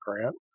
grant